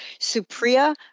Supriya